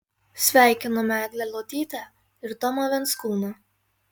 sveikiname eglę luotytę ir tomą venskūną